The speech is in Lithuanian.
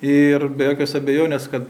ir be jokios abejonės kad